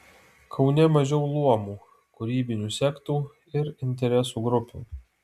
kaune mažiau luomų kūrybinių sektų ir interesų grupių